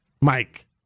Mike